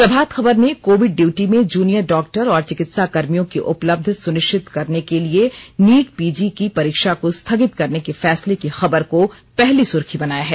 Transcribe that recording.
प्रभात खबर ने Covid duty में junior doctor और चिकित्साकर्मियों की उपलब्ध सुनिश्चित करने के लिए नीट पीजी की परीक्षा को स्थगित करने के फैसले की खबर को पहली सुर्खी बनाया है